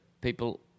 people